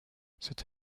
cette